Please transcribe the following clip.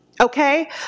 Okay